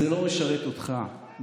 זה לא משרת אותך,